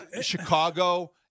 Chicago